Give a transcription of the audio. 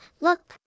Look